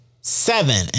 Seven